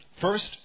First